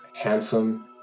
handsome